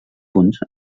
punts